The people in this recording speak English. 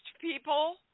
people